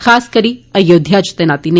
खास करी अयोध्या इच तैनाती लेई